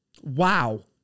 Wow